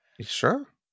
Sure